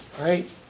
right